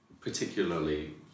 Particularly